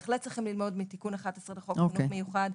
אנחנו בהחלט צריכים ללמוד מתיקון 11 לחוק חינוך מיוחד,